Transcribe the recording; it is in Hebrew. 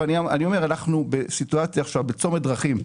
אנחנו עכשיו בצומת דרכים.